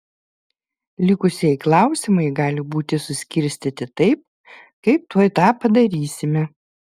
likusieji klausimai gali būti suskirstyti taip kaip tuoj tą padarysime